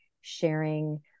sharing